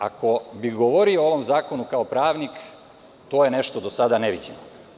Ako bih govorio o ovom zakonu kao pravnik, to je nešto do sada neviđeno.